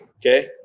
Okay